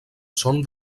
són